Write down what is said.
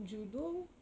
judo